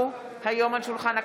בנושא: התערבות ומימון מדינות זרות.